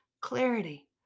clarity